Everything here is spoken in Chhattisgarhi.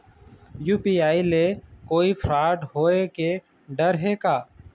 यू.पी.आई ले कोई फ्रॉड होए के डर हे का?